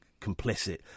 complicit